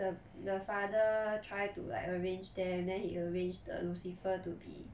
the the father try to like arrange them and then he arranged the lucifer to be